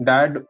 Dad